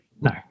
No